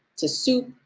to soup,